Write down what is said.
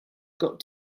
got